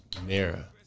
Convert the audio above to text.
Mira